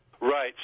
Right